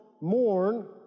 mourn